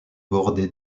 bordé